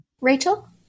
Rachel